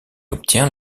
obtient